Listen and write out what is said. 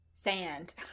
Sand